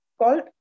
Called